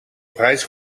prijs